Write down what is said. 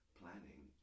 planning